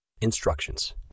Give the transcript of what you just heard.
Instructions